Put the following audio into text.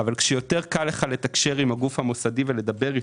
אבל כשקל לך יותר לתקשר עם הגוף המוסדי ולדבר אתו,